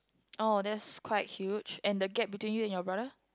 oh that's quite huge and the gap between you and your brother